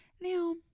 Now